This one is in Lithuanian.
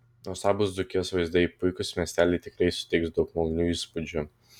nuostabūs dzūkijos vaizdai puikūs miesteliai tikrai suteiks daug malonių įspūdžių